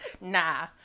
Nah